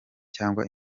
cyangwa